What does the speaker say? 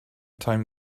time